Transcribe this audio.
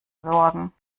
sorgen